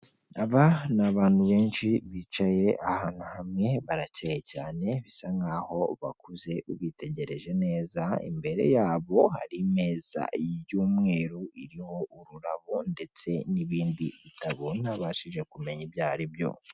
Aba ni abantu benshi bicaye ahantu hamwe barakeye cyane bisa nk'aho bakuze ubitegereje neza, imbere yabo hari meza y'umweru iriho ururabo ndetse n'ibindi bitabo nabashije kumenya ibyo aribyo.